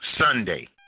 Sunday